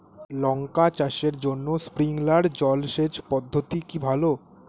লঙ্কা চাষের জন্য স্প্রিংলার জল সেচ পদ্ধতি কি ভালো?